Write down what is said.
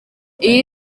iyi